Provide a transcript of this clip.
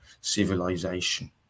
civilization